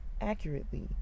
accurately